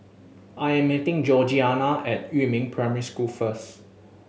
I am meeting Georgiana at Yumin Primary School first